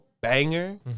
banger